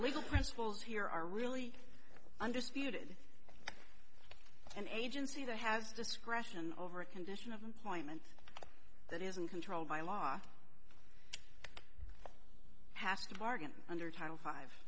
legal principles here are really understood and agency that has discretion over a condition of employment that isn't controlled by law has to bargain under title five